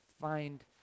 find